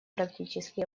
практически